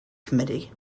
committee